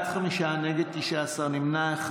נגד, שמונה.